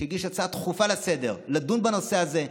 שהגיש הצעה דחופה לסדר-היום לדון בנושא הזה.